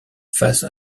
face